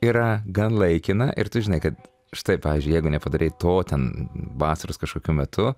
yra gan laikina ir tu žinai kad štai pavyzdžiui jeigu nepadarei to ten vasaros kažkokiu metu